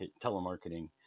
telemarketing